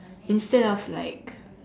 instead of like